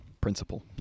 principle